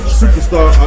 superstar